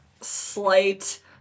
slight